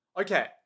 Okay